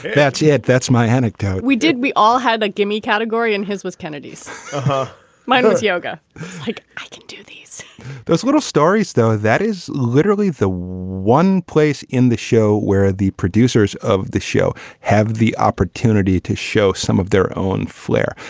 that's yeah it. that's my anecdote we did. we all had a gimme category in his was kennedies mindless yoga. i like to do these those little stories, though that is literally the one place in the show where the producers of the show have the opportunity to show some of their own flair.